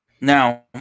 Now